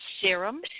serum